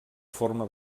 forma